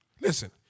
Listen